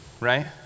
right